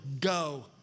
go